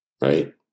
right